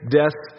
death